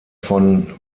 von